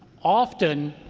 often,